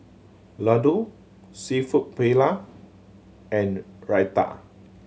Ladoo Seafood Paella and Raita